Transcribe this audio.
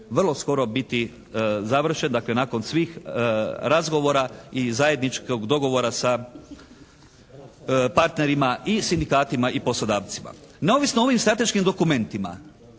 vrlo skoro biti završen. Dakle nakon svih razgovora i zajedničkog dogovora sa partnerima i sindikatima i poslodavcima. Neovisno o ovim strateškim dokumentima